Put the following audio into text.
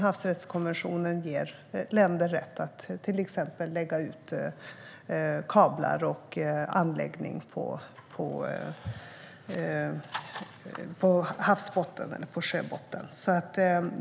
Havsrättskonventionen ger länder rätt att till exempel lägga ut kablar och anläggningar på havsbotten eller på sjöbotten.